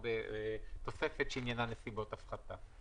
או בתוספת שעניינה נסיבות הפחתה.